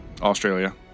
Australia